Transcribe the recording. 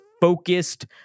focused